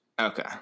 Okay